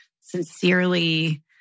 sincerely